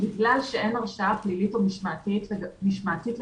בגלל שאין הרשעה פלילית או משמעתית לגביהם,